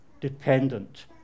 dependent